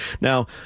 Now